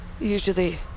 Usually